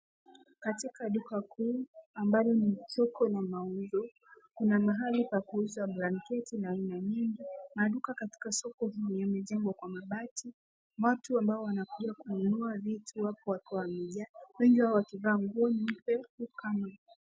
Katika duka kuu ambayo ni soko ya mauzo kuna mahali pa kuuza blanketi na aina mingi. Maduka katika soko yamejengwa kwa mabati. Watu ambao wanakuja kununua vitu wako kwa njia wengi wakivaa manguo nyeupe.